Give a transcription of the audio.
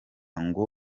ngo